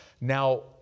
now